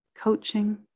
coaching